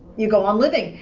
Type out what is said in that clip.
you go on living,